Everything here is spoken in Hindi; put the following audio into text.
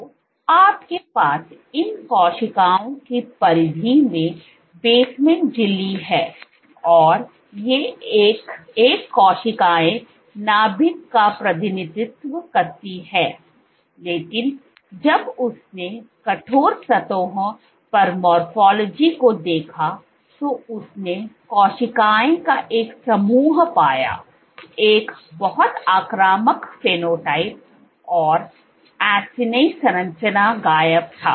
तो आपके पास इन कोशिकाओं की परिधि में बेसमेंट झिल्ली है और ये एक एक कोशिकाएं नाभिक का प्रतिनिधित्व करती हैं लेकिन जब उसने कठोर सतहों पर मोरफ़ोलॉजी को देखा तो उसने कोशिकाओं का एक समूह पाया एक बहुत आक्रामक फेनोटाइप और एसिनी संरचना गायब था